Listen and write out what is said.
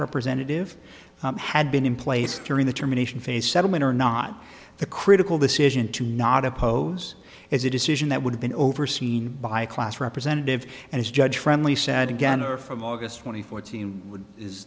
representative had been in place during the termination phase settlement or not the critical decision to not oppose is a decision that would have been overseen by a class representative and as judge friendly said again or from august twenty four